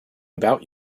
about